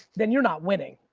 then you're not winning.